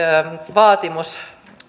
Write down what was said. vaatimus